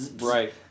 Right